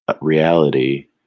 reality